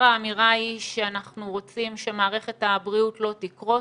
האמירה היא שאנחנו רוצים שמערכת הבריאות לא תקרוס,